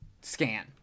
scan